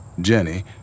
Jenny